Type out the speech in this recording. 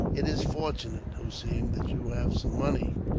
it is fortunate, hossein, that you have some money,